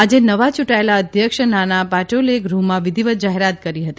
આજે નવા ચુંટાયેલા ા ધ્યક્ષ નાના પાટોલેએ ગૃહમાં વિધિવત જાહેરાત કરી હતી